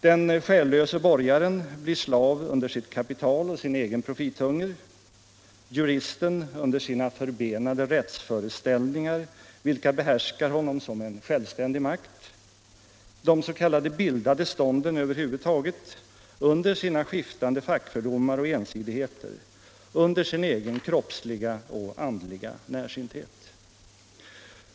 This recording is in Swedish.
Den själlöse borgaren blir slav under sitt kapital och sin egen profithunger, juristen under sina förbenade rättsföreställningar, vilka behärskar honom som en självständig makt, de s.k. bildade stånden över huvud taget under sina skiftande fackfördomar och ensidigheter, under sin egen kroppsliga och andliga närsynthet.